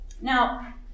Now